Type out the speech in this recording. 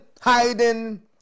hiding